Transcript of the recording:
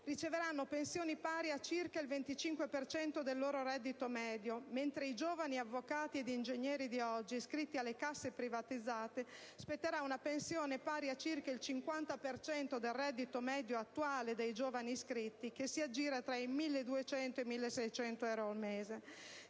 riceveranno pensioni pari a circa il 25 per cento del loro reddito medio, mentre ai giovani avvocati ed ingegneri di oggi, iscritti alle casse privatizzate, spetterà una pensione pari a circa il 50 per cento del reddito medio attuale dei giovani iscritti, che oggi si aggira tra i 1.200 e 1.600 euro al mese.